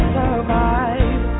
survive